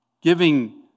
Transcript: giving